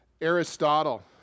Aristotle